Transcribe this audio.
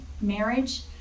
marriage